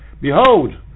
behold